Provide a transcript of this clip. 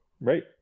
Right